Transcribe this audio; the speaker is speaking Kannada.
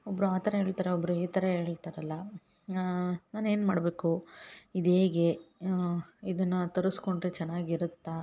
ಒಬ್ರು ಆ ಥರ ಹೇಳ್ತಾರೆ ಒಬ್ರು ಈ ಥರ ಹೇಳ್ತರಲ್ಲ ನಾನು ಏನು ಮಾಡಬೇಕು ಇದು ಹೇಗೆ ಇದನ್ನ ತರಸ್ಕೊಂಡರೆ ಚೆನ್ನಾಗಿ ಇರತ್ತೆ